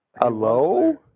Hello